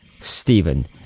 Stephen